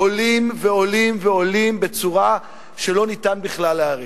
עולים ועולים ועולים בצורה שלא ניתן בכלל להעריך.